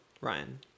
Ryan